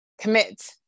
commit